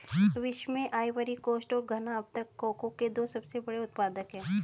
विश्व में Ivory Coast और घना अब तक कोको के दो सबसे बड़े उत्पादक है